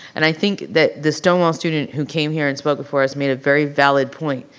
and i think that the stonewall student who came here and spoke before us made a very valid point.